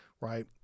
Right